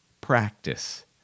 Practice